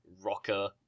rocker